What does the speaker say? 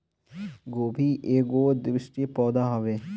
गोभी एगो द्विवर्षी पौधा हवे